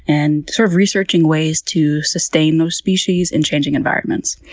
and sort of researching ways to sustain those species in changing environments.